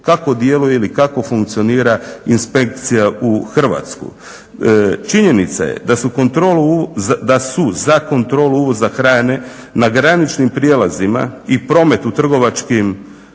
kako djeluje ili kako funkcionira inspekcija u Hrvatskoj. Činjenica je da su za kontrolu uvoza hrane na graničnim prijelazima i promet u trgovačkim